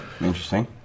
Interesting